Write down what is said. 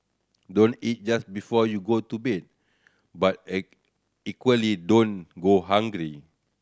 don't eat just before you go to bed but equally don't go hungry